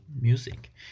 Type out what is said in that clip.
music